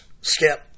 Skip